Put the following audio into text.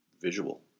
visual